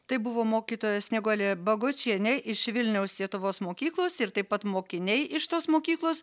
tai buvo mokytoja snieguolė bagočienė iš vilniaus sietuvos mokyklos ir taip pat mokiniai iš tos mokyklos